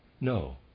no